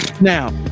Now